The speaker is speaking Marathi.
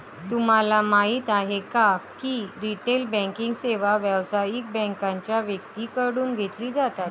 तुम्हाला माहिती आहे का की रिटेल बँकिंग सेवा व्यावसायिक बँकांच्या व्यक्तींकडून घेतली जातात